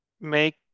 make